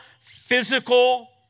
physical